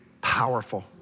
powerful